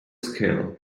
skill